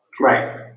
Right